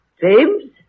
James